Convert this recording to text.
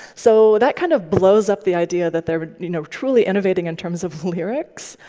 so that kind of blows up the idea that they're you know truly innovating in terms of lyrics.